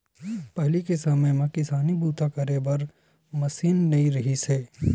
पहिली के समे म किसानी बूता करे बर मसीन नइ रिहिस हे